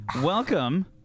Welcome